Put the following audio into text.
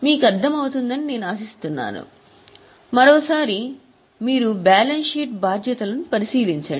మీకు అర్థం అవుతుంది అని నేను ఆశిస్తున్నాను మరోసారి మీరు బ్యాలెన్స్ షీట్ బాధ్యతలను పరిశీలించండి